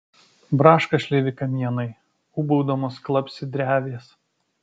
braška šleivi kamienai ūbaudamos klapsi drevės